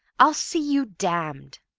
i'll see you damned!